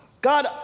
God